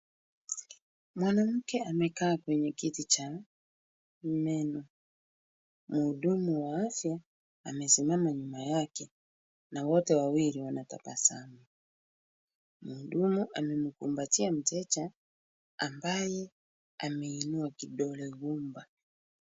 Mwanamke amekaa kwenye kiti cha meno. Mhudumu wa afya amesimama nyuma yake na wote wawili wanatabasamu. Mhudumu amemkumbatia mteja ambaye ameinua kidole gumba.